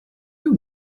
who